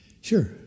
Sure